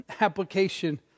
application